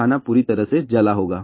खाना पूरी तरह से जला होगा